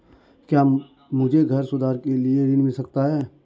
क्या मुझे घर सुधार के लिए ऋण मिल सकता है?